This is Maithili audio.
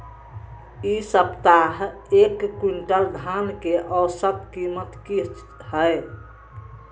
इ सप्ताह एक क्विंटल धान के औसत कीमत की हय?